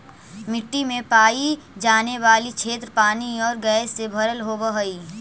मिट्टी में पाई जाने वाली क्षेत्र पानी और गैस से भरल होवअ हई